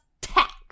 tax